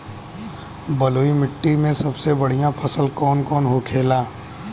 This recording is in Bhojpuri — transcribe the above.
बलुई मिट्टी में सबसे बढ़ियां फसल कौन कौन होखेला?